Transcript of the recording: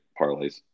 parlays